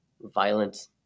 violent